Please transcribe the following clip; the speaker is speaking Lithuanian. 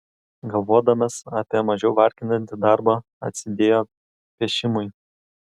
galvodamas apie mažiau varginantį darbą atsidėjo piešimui